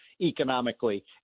economically